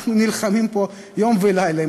אנחנו נלחמים פה יום ולילה,